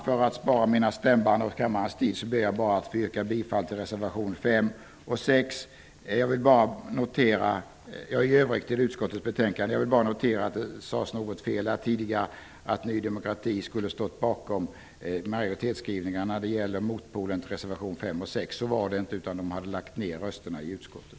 För att spara mina stämband och kammarens tid ber jag att få yrka bifall till reservationerna 5 och 6 samt i övrigt att utskottets anmälan godkänns. Jag vill bara notera att det sades fel här tidigare, att Ny demokrati skulle ha stått bakom de majoritetsskrivningar som står mot reservationerna 5 och 6. Så var det inte. Ny demokrati hade lagt ner sin röst i utskottet.